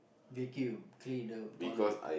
vacuum clean the toilet